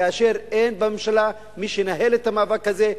כאשר אין בממשלה מי שינהל את המאבק הזה,